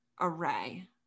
array